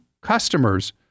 customers